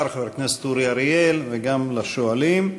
חבר הכנסת אורי אריאל וגם לשואלים.